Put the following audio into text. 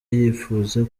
yipfuza